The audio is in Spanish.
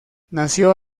nació